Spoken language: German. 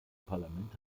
parlament